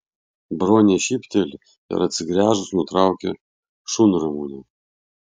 bronė šypteli ir atsigręžus nutraukia šunramunę